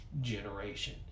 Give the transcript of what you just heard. generation